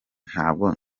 ntabwo